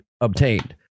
obtained